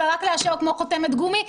רק לאשר כמו חותמת גומי.